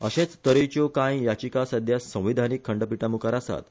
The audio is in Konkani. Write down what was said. अशेच तरेच्यो कांय याचिका सध्या संविधानिक खंडपीठामुखार आसात